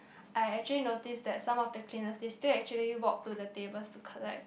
I actually notice that some of the cleaners they still actually walk to the tables to collect